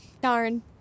Darn